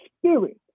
spirit